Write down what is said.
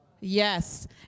yes